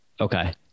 Okay